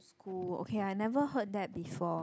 oh okay I've never heard that before